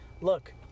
Look